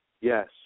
Yes